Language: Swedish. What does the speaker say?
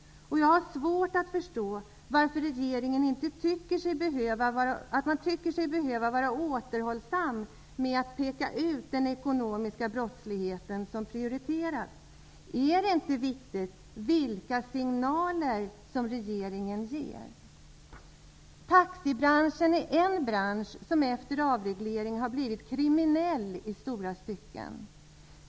Jag har svårt att förstå varför regeringen tycker sig behöva vara återhållsam med att peka ut den ekonomiska brottsligheten som prioriterad. Är det inte viktigt vilka signaler som regeringen ger? Taxibranschen är en bransch som efter avregleringen har blivit kriminell i stora stycken.